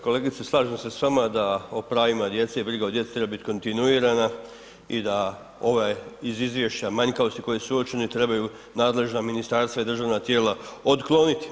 Kolegice, slažem se s vama da o pravima djece i briga o djeci treba biti kontinuirana i da ove iz izvješća manjkavosti koje su uočene trebaju nadležna ministarstva i državna tijela otkloniti.